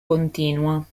continua